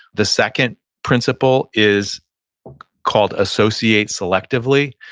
the second principle is called associate selectively,